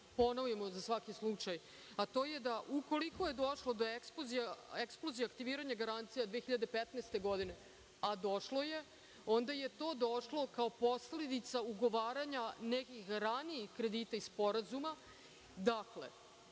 ponovimo za svaki slučaj. Ukoliko je došlo do eksplozija aktiviranja garancija 2015. godine, a došlo je, onda je to došlo kao posledica ugovaranja nekih ranijih kredita i sporazuma.